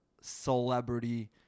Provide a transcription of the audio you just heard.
celebrity